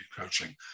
coaching